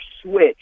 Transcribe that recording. switch